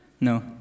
No